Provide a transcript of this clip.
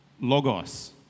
Logos